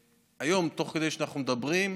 היום, תוך כדי שאנחנו מדברים,